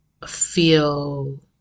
Feel